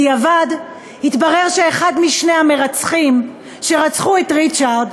בדיעבד התברר שאחד משני המרצחים שרצחו את ריצ'רד